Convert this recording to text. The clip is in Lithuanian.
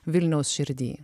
vilniaus širdy